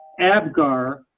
Abgar